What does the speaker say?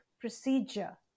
procedure